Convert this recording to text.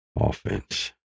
offense